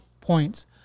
points